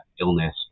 illness